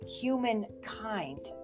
humankind